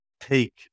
take